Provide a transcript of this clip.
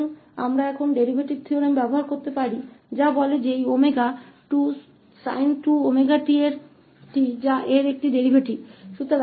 तो हम अब डेरीवेटिव प्रमेय का उपयोग कर सकते हैं जो इस ओमेगा sin 2𝜔𝑡 का डेरीवेटिव कहता है जो इसका डेरीवेटिव है